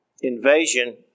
invasion